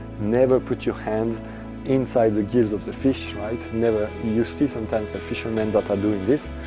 never put your hand inside the gills of the fish, right? never. you see sometimes the fishermen that are doing this.